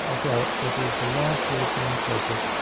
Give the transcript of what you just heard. ah well, it is a large european project,